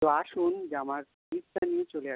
তো আসুন জামার পিসটা নিয়ে চলে আসুন